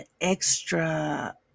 extra